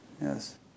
yes